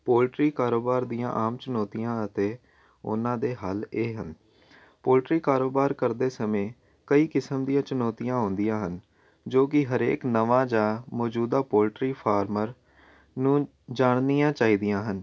poultry ਕਾਰੋਬਾਰ ਦੀਆਂ ਆਮ ਚਣੌਤੀਆਂ ਅਤੇ ਉਹਨਾਂ ਦੇ ਹੱਲ ਇਹ ਹਨ ਪੋਲਟਰੀ ਕਾਰੋਬਾਰ ਕਰਦੇ ਸਮੇਂ ਕਈ ਕਿਸਮ ਦੀਆਂ ਚੁਣੌਤੀਆਂ ਆਉਂਦੀਆਂ ਹਨ ਜੋ ਕਿ ਹਰੇਕ ਨਵਾਂ ਜਾਂ ਮੌਜੂਦਾ ਪੋਲਟਰੀ ਫਾਰਮਰ ਨੂੰ ਜਾਣਨੀਆਂ ਚਾਹੀਦੀਆਂ ਹਨ